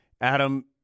Adam